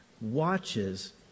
watches